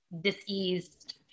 diseased